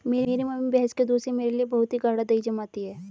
मेरी मम्मी भैंस के दूध से मेरे लिए बहुत ही गाड़ा दही जमाती है